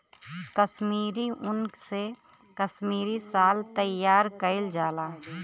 कसमीरी उन से कसमीरी साल तइयार कइल जाला